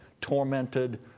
tormented